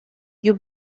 you